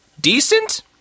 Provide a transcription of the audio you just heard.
Decent